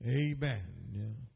Amen